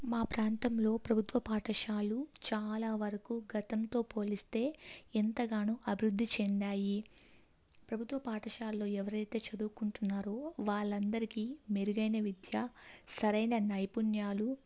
మా ప్రాంతంలో ప్రభుత్వ పాఠశాలలు చాలా వరకు గతంతో పోలిస్తే ఎంతగానో అభివృద్ధి చెందాయి ప్రభుత్వ పాఠశాలల్లో ఎవరైతే చదువుకుంటున్నారో వాళ్ళందరికీ మెరుగైన విద్య సరైన నైపుణ్యాలు